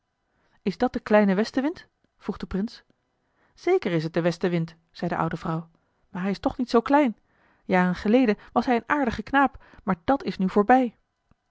is dat de kleine westenwind vroeg de prins zeker is het de westenwind zei de oude vrouw maar hij is toch niet zoo klein jaren geleden was hij een aardige knaap maar dat is nu voorbij